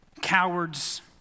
cowards